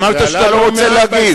אמרת שאתה לא רוצה להגיב.